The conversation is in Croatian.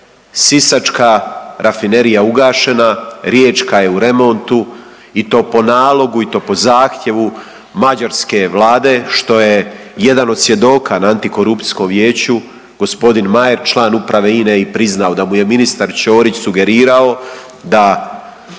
Sisačka rafinerija ugašena, riječka je u remontu i to po nalogu i to po zahtjevu mađarske vlade što je jedan od svjedoka na Antikorupcijskom vijeću g. Mayer član Uprave INA-e i priznao da mu je ministar Ćorić sugerirao da